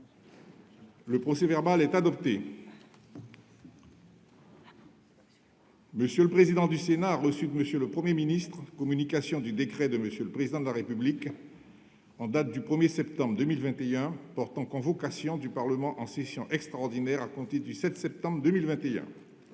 Le procès-verbal est adopté. M. le président du Sénat a reçu de M. le Premier ministre communication du décret de M. le Président de la République en date du 1 septembre 2021 portant convocation du Parlement en session extraordinaire à compter du 7 septembre 2021.